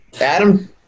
Adam